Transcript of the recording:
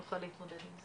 נוכל להתמודד עם זה.